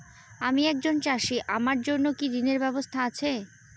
আমি একজন চাষী আমার জন্য কি ঋণের ব্যবস্থা আছে?